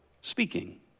speaking